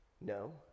No